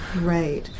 Right